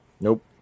Nope